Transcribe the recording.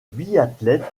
biathlète